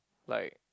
like